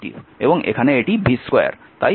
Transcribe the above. এবং এখানে এটি v2